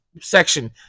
Section